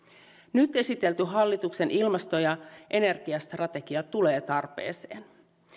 nyt esitelty hallituksen ilmasto ja energiastrategia tulee tarpeeseen